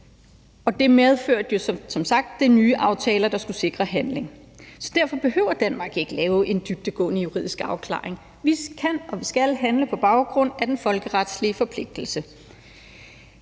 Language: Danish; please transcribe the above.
og det medførte jo som sagt den nye aftale, der skulle sikre handling. Så derfor behøver Danmark ikke lave en dybdegående juridisk afklaring. Vi kan og skal handle på baggrund af den folkeretslige forpligtelse.